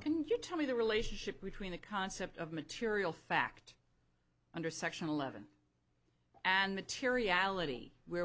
can you tell me the relationship between the concept of material fact under section eleven and materiality where